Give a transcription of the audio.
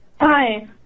Hi